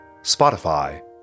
Spotify